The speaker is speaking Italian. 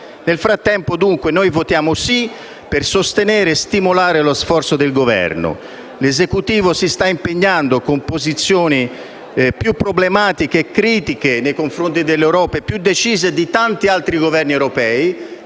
Nel frattempo noi votiamo sì per sostenere e stimolare lo sforzo del Governo. L'Esecutivo si sta impegnando in posizioni più problematiche e critiche nei confronti dell'Europa e più decise di tanti altri Paesi europei,